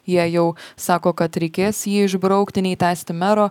jie jau sako kad reikės jį išbraukti nei tęsti mero